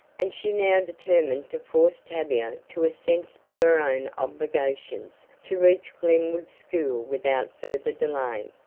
and she now determined to force tavia to a sense of her own obligations to reach glenwood school without further delay.